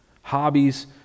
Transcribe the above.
hobbies